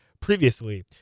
previously